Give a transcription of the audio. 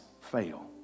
fail